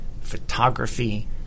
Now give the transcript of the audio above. photography